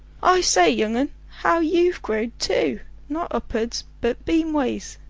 i say, young un, how you've growed too not uppards but beam ways.